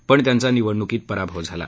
पण त्यांचा निवडण्कीत पराभव झाला